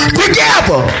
together